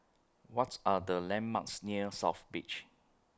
What Are The landmarks near South Beach